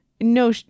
no